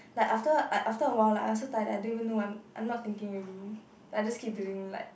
like after like after awhile like I was so tired that I didn't even know what I'm I'm not thinking already then I just keep doing like